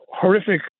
horrific